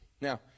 Now